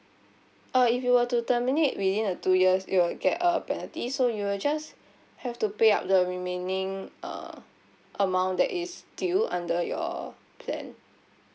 uh if you were to terminate within the two years it will get a penalty so you'll just have to pay up the remaining uh amount that is due under your plan